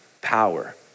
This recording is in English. power